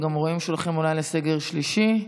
הם גם רואים שהולכים אולי לסגר שלישי,